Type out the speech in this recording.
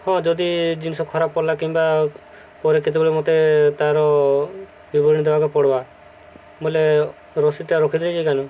ହଁ ଯଦି ଜିନିଷ ଖରାପ ପଡ଼ିଲା କିମ୍ବା ପରେ କେତେବେଳେ ମୋତେ ତାର ବିବରଣୀ ଦେବାକେ ପଡ଼୍ବା ବୋଇଲେ ରସିଦ୍ଟା ରଖିଦେଇଛି କେନୁ